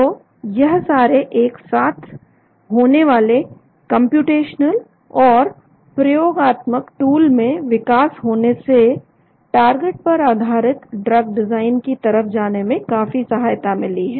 तो यह सारे एक साथ होने वाले कंप्यूटेशनल और प्रयोगात्मक टूल में विकास होने से टारगेट पर आधारित ड्रग डिजाइन की तरफ जाने में काफी सहायता मिली है